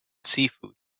seafood